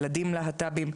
ילדים להט"בים,